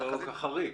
זה כבר לא כל כך חריג.